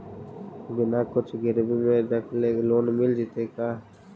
बिना कुछ गिरवी मे रखले लोन मिल जैतै का?